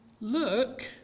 look